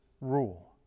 rule